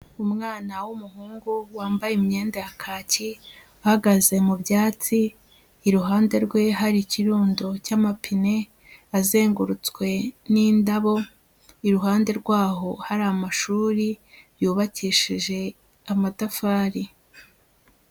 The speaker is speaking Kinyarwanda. Umwana w'umuhungu wambaye imyenda ya kaki, ahagaze mu byatsi, iruhande rwe hari ikirundo cy'amapine azengurutswe n'indabo, iruhande rwaho hari amashuri yubakishije amatafari.